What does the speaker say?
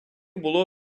було